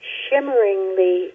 shimmeringly